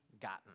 gotten